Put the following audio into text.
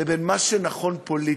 לבין מה שנכון פוליטית.